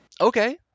okay